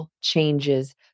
changes